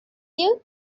you